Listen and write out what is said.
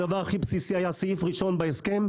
הדבר הכי בסיסי היה סעיף ראשון בהסכם,